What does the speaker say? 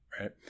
right